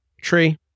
tree